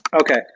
Okay